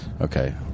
Okay